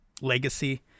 legacy